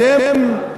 אתם,